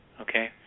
okay